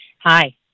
Hi